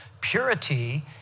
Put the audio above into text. Purity